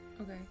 Okay